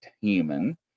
human